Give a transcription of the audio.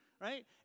right